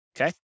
Okay